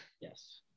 Yes